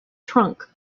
trunk